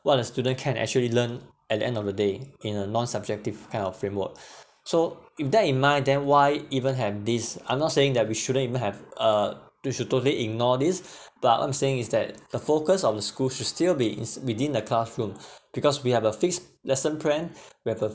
what a student can actually learn at the end of the day in a non-subjective kind of framework so if that in mind then why even have these I'm not saying that we shouldn't even have uh you should totally ignore this but I'm saying is that the focus of the school should still be it's within the classroom because we have a fixed lesson plan we have uh